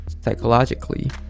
psychologically